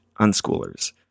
unschoolers